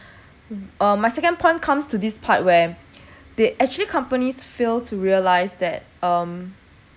uh my second point comes to this part where they actually companies fail to realize that um